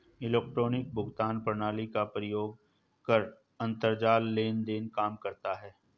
electronic भुगतान प्रणाली का प्रयोग कर अंतरजाल लेन देन काम करता है